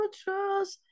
trust